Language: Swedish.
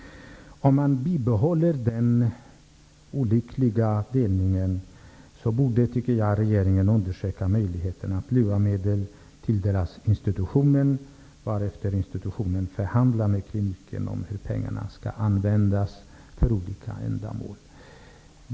Om man bibehåller denna olyckliga delning, borde regeringen undersöka möjligheterna att LUA medlen tilldelas institutionen, varefter institutionen förhandlar med kliniken om hur pengarna skall användas för olika ändamål.